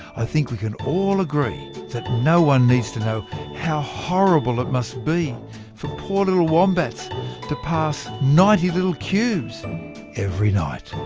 i think we can all agree that no one needs to know how horrible it must be for and wombats to pass ninety little cubes every night